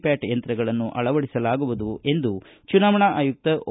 Pat ಯಂತ್ರಗಳನ್ನು ಅಳವಡಿಸಲಾಗುವುದು ಎಂದು ಚುನಾವಣಾ ಆಯುಕ್ತ ಓ